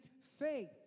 faith